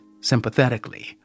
sympathetically